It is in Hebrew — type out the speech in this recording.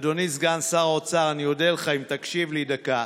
אדוני סגן שר האוצר, אני אודה לך אם תקשיב לי דקה.